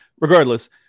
regardless